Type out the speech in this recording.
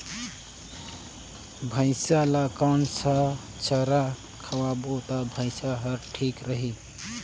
भैसा ला कोन सा चारा खिलाबो ता भैंसा हर ठीक रही?